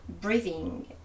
breathing